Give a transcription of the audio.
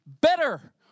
better